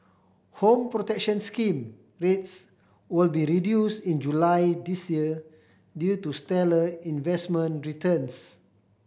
Home Protection Scheme rates will be reduced in July this year due to stellar investment returns